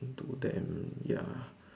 to them ya